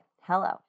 hello